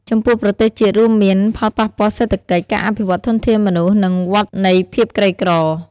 ចំពោះប្រទេសជាតិ រួមមាន ផលប៉ះពាល់សេដ្ឋកិច្ច ការអភិវឌ្ឍធនធានមនុស្ស និងវដ្តនៃភាពក្រីក្រ។